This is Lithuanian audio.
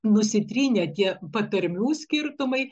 nusitrynę tie patarmių skirtumai